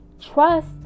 Trust